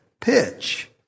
pitch